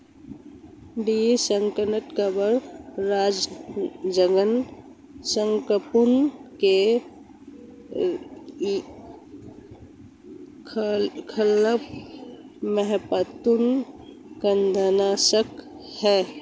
tree rosin कवक रोगजनक संक्रमण के खिलाफ प्राकृतिक कीटनाशक है